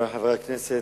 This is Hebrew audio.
חברי חברי הכנסת,